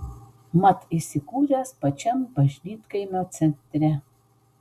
mat įsikūręs pačiam bažnytkaimio centre